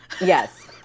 Yes